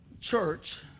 church